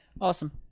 Awesome